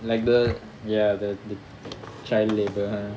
like the ya the the child labour